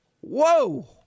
Whoa